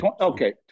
Okay